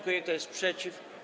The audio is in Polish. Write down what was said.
Kto jest przeciw?